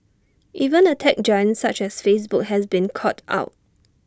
even A tech giant such as Facebook has been caught out